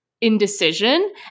indecision